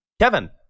Kevin